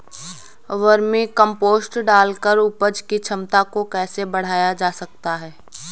Vermi compost डालकर उपज की क्षमता को कैसे बढ़ाया जा सकता है?